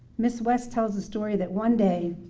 miss west tells the story that one day,